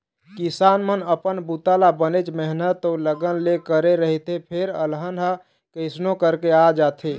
किसान मन अपन बूता ल बनेच मेहनत अउ लगन ले करे रहिथे फेर अलहन ह कइसनो करके आ जाथे